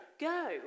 go